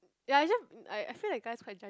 ya it's just I I feel like guys quite